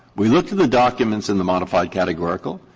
we look to the documents in the modified categorical.